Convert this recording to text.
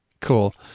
Cool